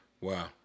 Wow